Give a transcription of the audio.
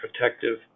protective